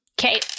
Okay